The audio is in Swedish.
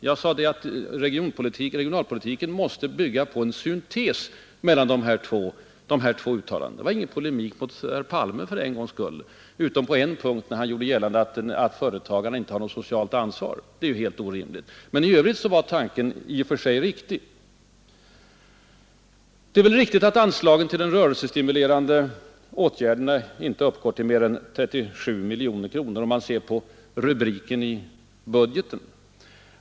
Jag sade att regionalpolitiken måste bygga på en syntes mellan de två uttalandena. Det var ingen polemik mot herr Palme för en gångs skull, utom på en punkt, nämligen när han gjorde gällande att företagen inte har något socialt ansvar. Det är ju helt felaktigt. Men i övrigt var tanken i och för sig riktig. Det är nog riktigt att anslagen till rörelsestimulerande åtgärder inte uppgår till mer än 37 miljoner kronor, om man ser under den rubriken i budgeten.